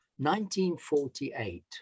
1948